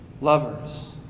lovers